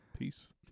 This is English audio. Peace